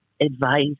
Advice